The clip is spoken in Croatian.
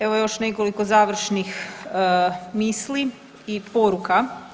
Evo još nekoliko završnih misli i poruka.